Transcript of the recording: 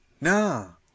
no